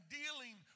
dealing